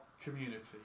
community